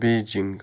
Beijing